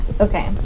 Okay